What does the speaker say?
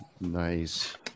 Nice